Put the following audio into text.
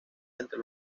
entre